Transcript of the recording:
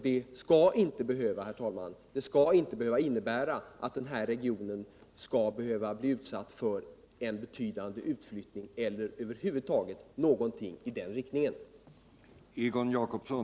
Det skall inte, herr talman, behöva innebära att denna region utsätts för en betydande utflyttning eller över huvud taget någonting i den riktningen.